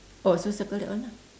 oh so circle that one lah